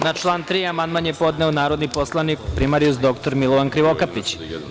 Na član 3. amandman je podneo narodni poslanik primarijus dr Milovan Krivokapić.